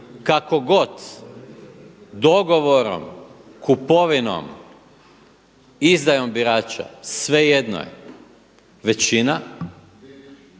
kakogod dogovorom, kupovinom, izdajom birača, svejedno je većina